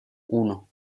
uno